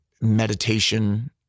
meditation